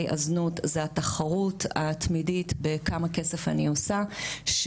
הזנות זה התחרות התמידית בכמה כסף אני עושה.